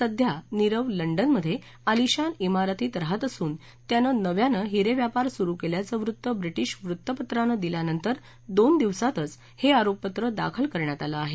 सध्या नीरव लंडनमधे आलिशान झारतीत राहत असून त्यानं नव्यानं हिरे व्यापार सुरू केल्याचं वृत्त ब्रिटिश वृत्तपत्रानं दिल्यानंतर दोन दिवसातच हे आरोपपत्र दाखल करण्यात आलं आहे